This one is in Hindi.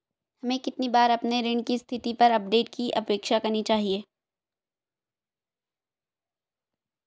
हमें कितनी बार अपने ऋण की स्थिति पर अपडेट की अपेक्षा करनी चाहिए?